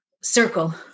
circle